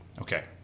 okay